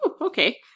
Okay